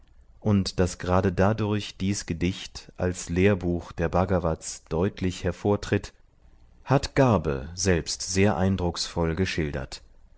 und daß gerade dadurch dies gedicht als lehrbuch der bhgavatas deutlich hervortritt hat garbe selbst sehr eindrucksvoll geschildert